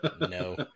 No